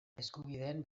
eskubideen